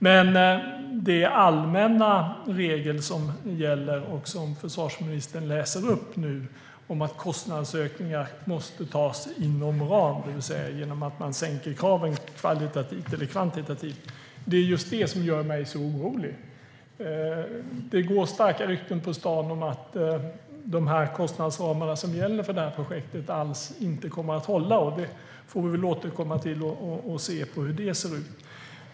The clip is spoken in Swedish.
Men den allmänna regel som gäller och som försvarsministern nyss läste upp är att kostnadsökningar måste tas inom ram, det vill säga genom att man sänker kraven kvalitativt eller kvantitativt. Det är just det som gör mig så orolig. Det går starka rykten på stan om att de kostnadsramar som gäller för det här projektet inte alls kommer att hålla. Vi får väl återkomma till det och se hur det ser ut.